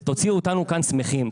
ותוציאו אותנו כאן שמחים.